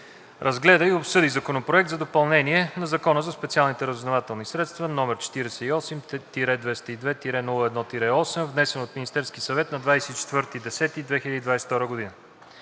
разгледа и обсъди Законопроект за допълнение на Закона за специалните разузнавателни средства, № 48-202-01-8, внесен от Министерския съвет на 24 октомври